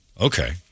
okay